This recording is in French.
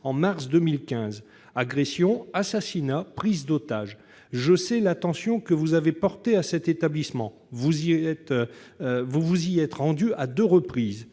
en mars 2015 : agressions, assassinat, prises d'otages. Je sais l'attention que vous avez portée à cet établissement, vous y étant rendue à deux reprises.